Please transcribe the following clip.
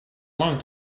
long